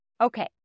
Okay